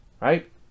right